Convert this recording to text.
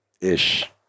ish